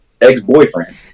ex-boyfriend